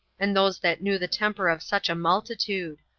and those that knew the temper of such a multitude.